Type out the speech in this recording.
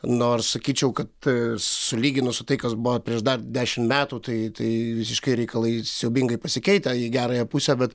nors sakyčiau kad sulyginus su tai kas buvo prieš dar dešimt metų tai tai visiškai reikalai siaubingai pasikeitę į gerąją pusę bet